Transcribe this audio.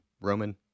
Roman